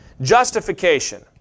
justification